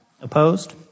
Opposed